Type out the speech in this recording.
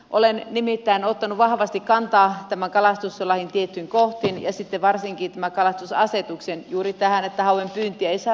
olen nimittäin ottanut vahvasti kantaa tämän kalastuslain tiettyihin kohtiin ja varsinkin tämän kalastusasetuksen juuri tähän kohtaan että hauenpyyntiä ei saa rajoittaa